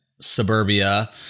suburbia